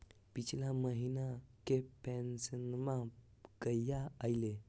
पिछला महीना के पेंसनमा कहिया आइले?